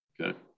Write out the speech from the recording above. Okay